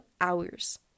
hours